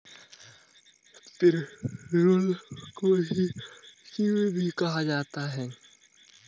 पिरुल को ही चीड़ भी कहा जाता है